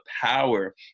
power